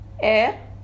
air